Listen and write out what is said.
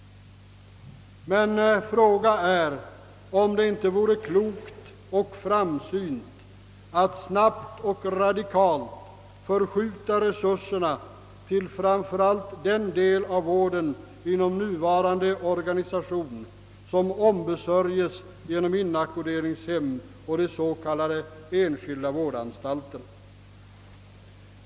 Men fråga är, om det inte vore klokt och framsynt att snabbt och radikalt förskjuta resurserna till framför allt den del av vården inom nuvarande organisation, som ombesörjes genom inackorderingshem och s.k. enskilda vårdanstalter.